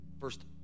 first